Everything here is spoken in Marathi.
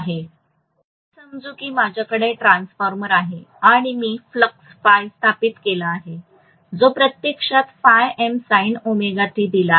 आता असे समजू की माझ्याकडे ट्रान्सफॉर्मर आहे आणि मी फ्लक्स स्थापित केला आहे जो प्रत्यक्षात दिला आहे